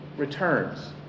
Returns